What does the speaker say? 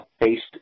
based